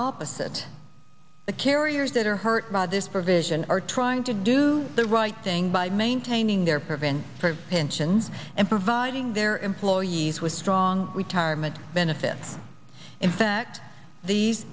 opposite the carriers that are hurt by this provision are trying to do the right thing by maintaining their provin for pension and providing their employees with strong retirement benefits in fact these